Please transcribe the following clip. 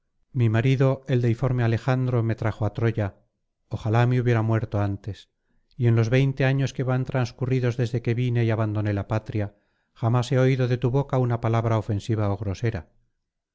mi marido el deiforme alejandro me trajo á troya ojálame hubiera muerto antes y en los veinte años que van transcurridos desde que vine y abandoné la patria jamás he oído de tu boca una palabra ofensiva ó grosera